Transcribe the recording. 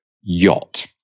yacht